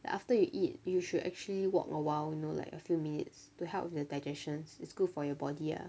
like after you eat you should actually walk awhile you know like a few minutes to help with the digestion it's good for your body ah